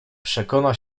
przekona